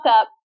up